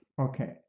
okay